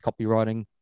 copywriting